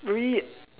read